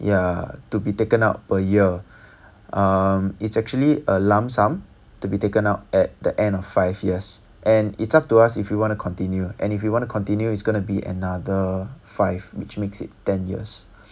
ya to be taken out per year uh it's actually a lump sum to be taken out at the end of five years and it's up to us if you want to continue and if you want to continue it's gonna be another five which makes it ten years